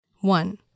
One